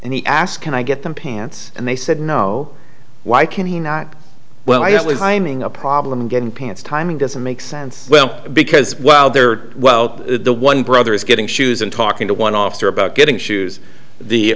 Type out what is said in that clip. and he asked can i get them pants and they said no why can he not well i only signing a problem getting pants timing doesn't make sense well because they're well the one brother is getting shoes and talking to one officer about getting shoes the